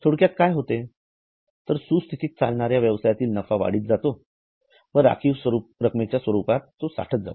थोडक्यात काय होते तर सुस्थितीत चालणाऱ्या व्यवसायातील नफा वाढत जातो व राखीव रकमेच्या स्वरूपात साठत जातो